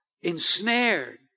ensnared